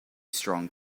strong